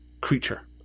creature